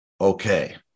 okay